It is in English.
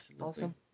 Awesome